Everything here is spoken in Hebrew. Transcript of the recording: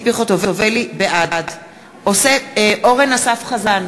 בעד אורן אסף חזן,